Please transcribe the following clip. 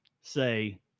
say